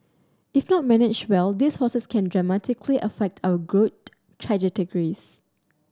if not managed well these forces can dramatically affect our growth trajectories